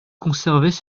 conservaient